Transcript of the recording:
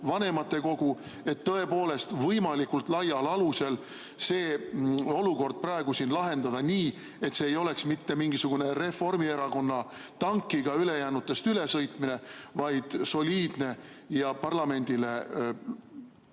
vanematekogu, et tõepoolest võimalikult laial alusel see olukord praegu siin lahendada nii, et see ei oleks mitte mingisugune Reformierakonna tankiga ülejäänutest ülesõitmine, vaid soliidne ja parlamendi